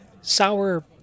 sour